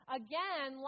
again